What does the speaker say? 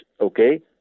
okay